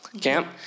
camp